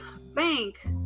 bank